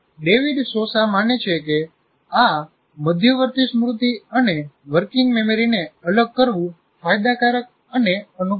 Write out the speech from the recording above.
David Sousa માને છે કે આ મધ્યવર્તી સ્મૃતિ અને વર્કિંગ મેમરીને અલગ કરવું ફાયદાકારક અને અનુકૂળ છે